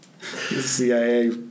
CIA